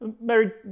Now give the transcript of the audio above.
Mary